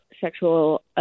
sexual